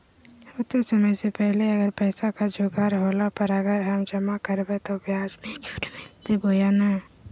होतय समय से पहले अगर पैसा के जोगाड़ होला पर, अगर हम जमा करबय तो, ब्याज मे छुट मिलते बोया नय?